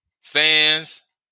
fans